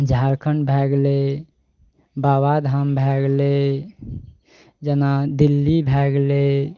झारखण्ड भए गेलय बाबाधाम भए गेलय जेना दिल्ली भए गेलय